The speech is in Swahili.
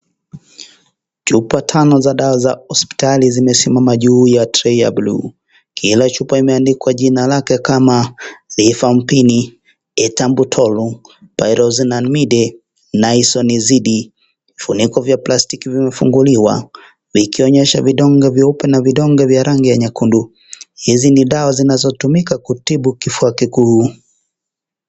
Chupa tano za dawa za hospitali zimesimama ya trei ya bluu. Kila chupa imeandikwa jina lake kama sifampini, etantolo, piros na nzidi. Vifuniko vya plastiki vimefunguliwa vikionyesha vidonge vyeupe na vidonge vya rangi ya nyekundu. Hizi ni dawa zinzotumika kutibu kifua kikuu.